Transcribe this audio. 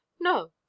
No